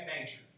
nature